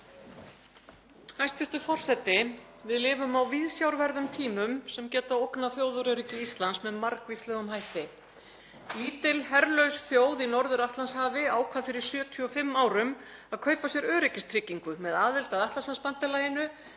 Hæstv. forseti. Við lifum á viðsjárverðum tímum sem geta ógnað þjóðaröryggi Íslands með margvíslegum hætti. Lítil herlaus þjóð í Norður-Atlantshafi ákvað fyrir 75 árum að kaupa sér öryggistryggingu með aðild að Atlantshafsbandalaginu,